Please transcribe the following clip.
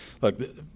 look